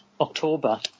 October